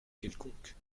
quelconque